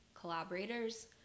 collaborators